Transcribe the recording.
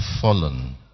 fallen